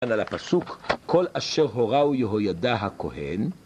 על הפסוק, כל אשר הוראו יהוידע הכהן